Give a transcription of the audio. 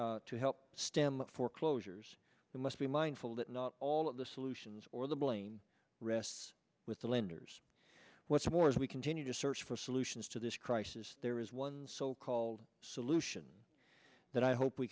to help stem foreclosures we must be mindful that not all of the solutions or the blame rests with the lenders what's more as we continue to search for solutions to this crisis there is one so called solution that i hope we